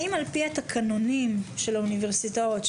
האם על פי התקנונים של האוניברסיטאות,